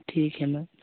ठीक है मैम